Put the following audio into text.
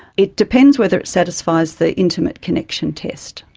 it depends whether it satisfies the intimate connection test.